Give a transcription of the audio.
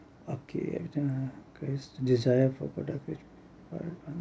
okay everything grace desire for product